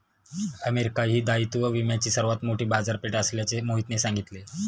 America ही दायित्व विम्याची सर्वात मोठी बाजारपेठ असल्याचे मोहितने सांगितले